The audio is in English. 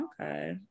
okay